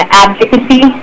advocacy